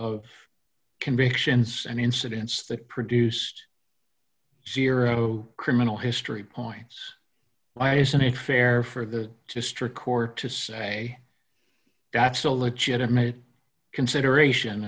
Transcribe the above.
of convictions and incidents that produced zero criminal history points why isn't it fair for the district court to say that's a legitimate consideration